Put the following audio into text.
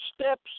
steps